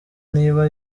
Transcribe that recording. niba